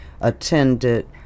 attended